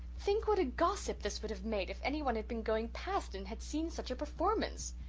think what a gossip this would have made if anyone had been going past and had seen such a performance.